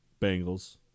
Bengals